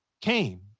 came